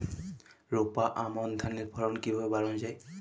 রোপা আমন ধানের ফলন কিভাবে বাড়ানো যায়?